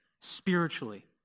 spiritually